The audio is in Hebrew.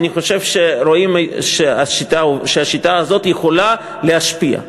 אני חושב שרואים שהשיטה הזאת יכולה להשפיע.